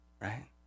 Right